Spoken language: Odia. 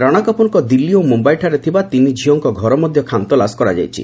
ରାଣା କପୁରଙ୍କ ଦିଲ୍ଲୀ ଓ ମୁମ୍ଭାଇଠାରେ ଥିବା ତିନି ଝିଅଙ୍କ ଘର ମଧ୍ୟ ଖାନତଲାସ କରାଯାଇଛି